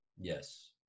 Yes